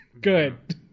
Good